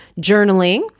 journaling